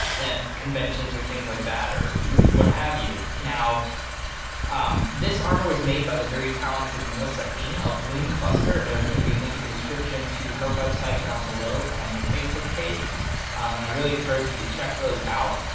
at conventions or things like that, or what have you, now um this armor was made by the very talented melissa ng of lumecluster and there's going to be a link in description to her website down below and her facebook page and i really encourage you to check those out.